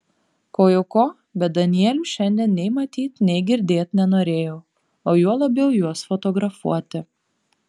ko jau ko bet danielių šiandien nei matyt nei girdėt nenorėjau o juo labiau juos fotografuoti